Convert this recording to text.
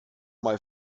mal